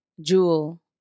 Jewel